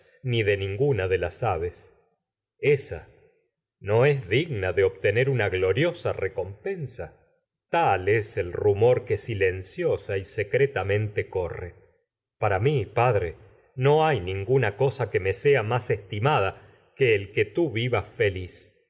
pasto de voraces perros ninguna gloriosa de las ésa no es es digna rumor de que obtener una y recompensa tal el silenciosa secretamente corre para mi me padre que no hay ninguna cosa que sea más estimada el que tú vivas feliz